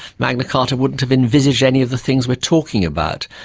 magna carter wouldn't have envisioned any of the things we are talking about.